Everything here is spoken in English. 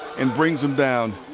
and brings him down.